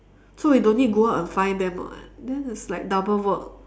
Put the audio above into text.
so we don't need go out and find them [what] then it's like double work